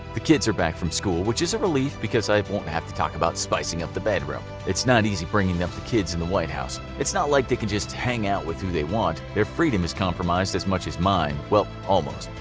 the kids are back from school, which is a relief, because i won't have to talk about spicing-up the bedroom. it's not easy bringing bringing up kids in the white house. it's not like they can just hang out with who they want. their freedom is compromised as much as mine, well, almost.